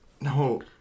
No